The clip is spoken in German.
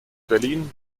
berlin